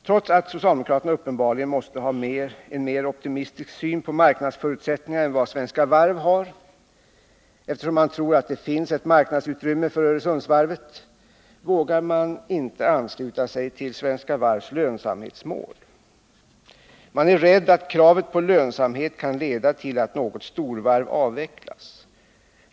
Trots att socialdemokraterna uppenbarligen måste ha en mer optimistisk syn på marknadsförutsättningarna än Svenska Varv har, eftersom man tror att det finns ett marknadsutrymme för Öresundsvarvet, vågar maniinte ansluta sig till Svenska Varvs lönsamhetsmål. Man är rädd att kravet på lönsamhet kan leda till att något storvarv avvecklas.